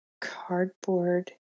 cardboard